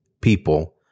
people